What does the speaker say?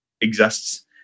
exists